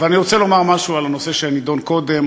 אבל אני רוצה לומר משהו על הנושא שנדון קודם,